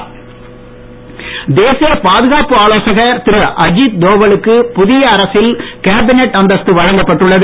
அஜீத் தோவன் தேசிய பாதுகாப்பு ஆலோசகர் திரு அஜீத் தோவலுக்கு புதிய அரசில் கேபினட் அந்தஸ்து வழங்கப்பட்டுள்ளது